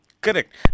Correct